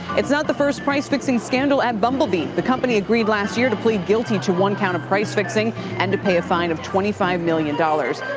it's not the first price fixing scandal at bumble bee. the company agreed last year to plead guilty to one count of price fixing and to pay a fine of twenty five million dollars